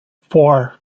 four